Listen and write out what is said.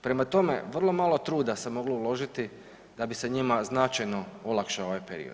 Prema tome vrlo malo truda se moglo uložiti da bi se njima značajno olakšao ovaj period.